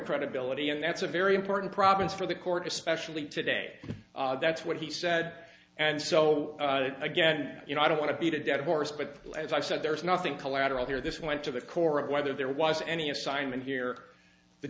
credibility and that's a very important province for the court especially today that's what he said and so again you know i don't want to beat a dead horse but as i said there's nothing collateral here this went to the core of whether there was any assignment here the